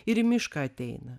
ir į mišką ateina